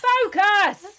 focus